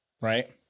Right